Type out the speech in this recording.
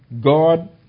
God